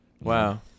Wow